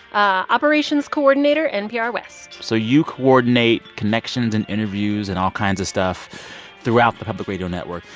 ah operations coordinator, npr west so you coordinate connections and interviews and all kinds of stuff throughout the public radio network,